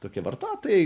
tokie vartotojai